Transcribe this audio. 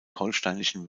holsteinischen